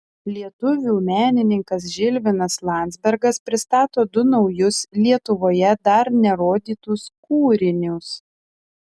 lietuvių menininkas žilvinas landzbergas pristato du naujus lietuvoje dar nerodytus kūrinius